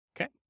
okay